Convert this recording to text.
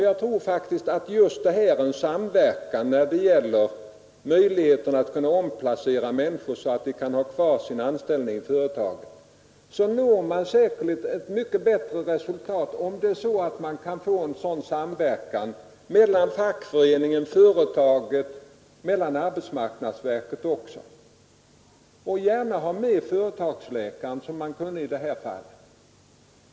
Jag tror att när det gäller att omplacera människor så att de kan ha kvar sin anställning i företaget får man mycket bättre resultat med en sådan samverkan mellan fackförening, företag och arbetsmarknadsverket. Det är också bra att som i det här fallet ha företagsläkaren med.